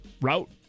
Route